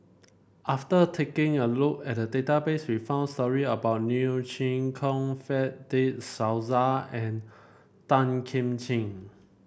after taking a look at the database we found story about Neo Chwee Kok Fred De Souza and Tan Kim Ching